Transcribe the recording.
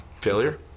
failure